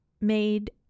made